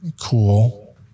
cool